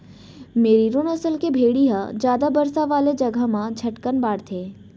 मेरिनों नसल के भेड़ी ह जादा बरसा वाला जघा म झटकन बाढ़थे